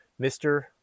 Mr